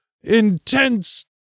intense